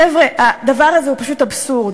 חבר'ה, הדבר הזה פשוט אבסורד.